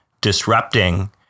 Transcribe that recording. disrupting